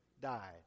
died